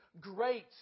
great